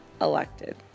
elected